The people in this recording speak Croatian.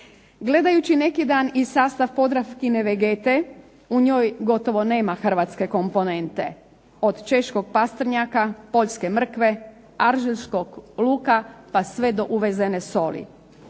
Gledajući neki dan i sastav Podravkine Vegete u njoj gotovo nema hrvatske komponente. Od češkog pastrnjaka, poljske mrkve, alžirskog luka pa sve do uvezene soli,